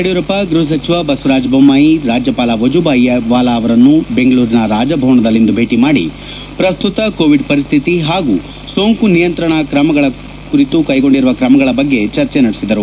ಯಡಿಯೂರಪ್ಪ ಗೃಹ ಸಚಿವ ಬಸವರಾಜ ಬೊಮ್ಮಾಯಿ ರಾಜ್ಯಪಾಲ ವಜೂಬಾಯಿ ವಾಲಾ ಅವರನ್ನು ಬೆಂಗಳೂರಿನ ರಾಜಭವನದಲ್ಲಿಂದು ಭೇಟಿ ಮಾದಿ ಪ್ರಸ್ತುತ ಕೋವಿಡ್ ಪರಿಸ್ದಿತಿ ಹಾಗೂ ಸೋಂಕು ನಿಯಂತ್ರಣ ಕುರಿತು ಕೈಗೊಂಡಿರುವ ಕ್ರಮಗಳ ಬಗ್ಗೆ ಚರ್ಚೆ ನಡೆಸಿದರು